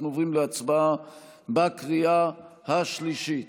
אנחנו עוברים להצבעה בקריאה השלישית.